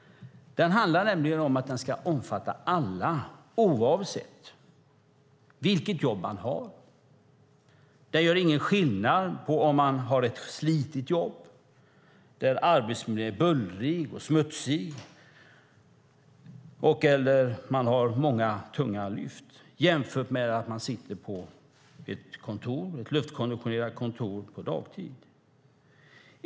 Den handlar nämligen om att den ska omfatta alla oavsett vilket jobb man har. Den gör ingen skillnad på om man har ett slitigt jobb där arbetsmiljön är bullrig, smutsig och med många tunga lyft eller om man sitter i ett luftkonditionerat kontor på dagtid.